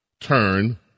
turn